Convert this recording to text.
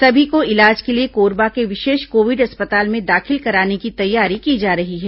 सभी को इलाज के लिए कोरबा के विशेष कोविड अस्पताल में दाखिल कराने की तैयारी की जा रही है